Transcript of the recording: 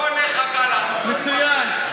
לא נחכה, מצוין.